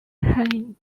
hanged